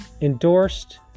endorsed